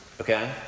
Okay